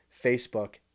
Facebook